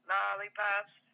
Lollipops